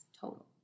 total